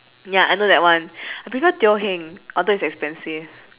ya I know that one I prefer teo heng although it's expensive